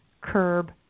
curb